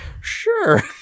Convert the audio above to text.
sure